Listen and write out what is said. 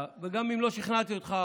וגם אם לא שכנעתי אותך,